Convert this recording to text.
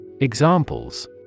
Examples